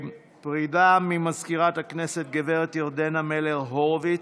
פרידה ממזכירת הכנסת הגב' ירדנה מלר הורוביץ.